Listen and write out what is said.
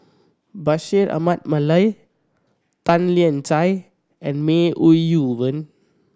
Bashir Ahmad Mallal Tan Lian Chye and May Ooi Yu Fen